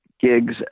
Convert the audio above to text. gigs